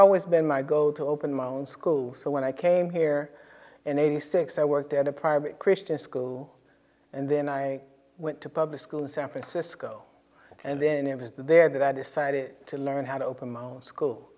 always been my go to open my own school so when i came here in eighty six i worked at a private christian school and then i went to public school san francisco and then there was there that i decided to learn how to open my school